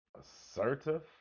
Assertive